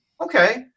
okay